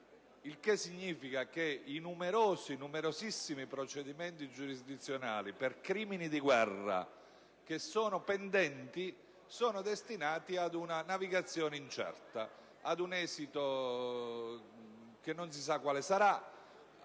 Ciò significa che i numerosissimi procedimenti giurisdizionali per crimini di guerra che sono pendenti sono destinati ad una navigazione incerta e ad un esito che non si sa quale sarà.